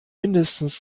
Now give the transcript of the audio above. mindestens